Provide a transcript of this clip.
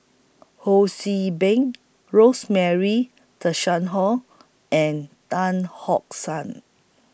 Ho See Beng Rosemary Tessensohn and Tan Hock San